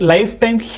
Lifetime